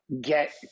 get